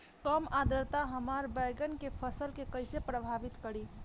कम आद्रता हमार बैगन के फसल के कइसे प्रभावित करी?